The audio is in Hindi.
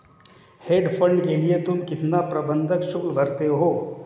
हेज फंड के लिए तुम कितना प्रबंधन शुल्क भरते हो?